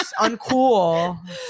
Uncool